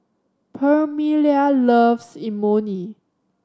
Permelia loves Imoni